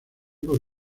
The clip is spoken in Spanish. por